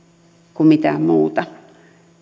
kuin mitään muuta